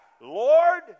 lord